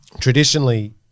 traditionally